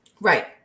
Right